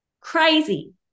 crazy